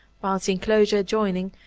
while the enclosure adjoining,